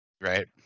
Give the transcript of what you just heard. Right